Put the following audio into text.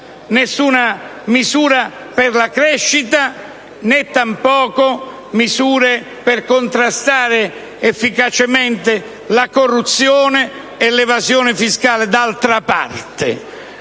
ci sono misure per la crescita, né misure per contrastare efficacemente la corruzione e l'evasione fiscale. D'altra parte,